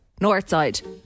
Northside